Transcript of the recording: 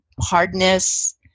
hardness